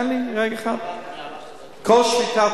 כל שביתה,